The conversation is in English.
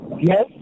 Yes